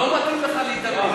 לא מתאים לך להיתמם.